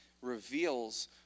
reveals